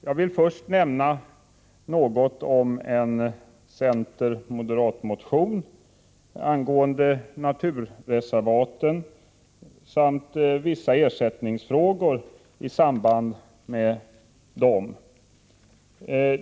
Jag vill först nämna något om en center-moderat-motion angående naturreservaten samt vissa ersättningsfrågor i samband med dem.